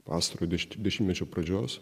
pastarojo deš dešimtmečio pradžios